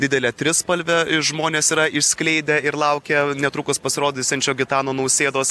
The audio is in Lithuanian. didelę trispalvę ir žmonės yra išskleidę ir laukia netrukus pasirodysiančio gitano nausėdos